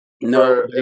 No